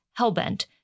Hellbent